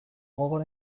gogor